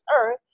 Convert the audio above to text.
earth